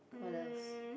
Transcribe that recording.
what else